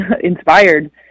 inspired